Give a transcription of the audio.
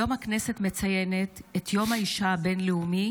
היום הכנסת מציינת את יום האישה הבין-לאומי